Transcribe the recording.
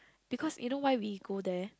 because you know why we go there